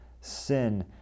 Sin